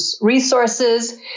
resources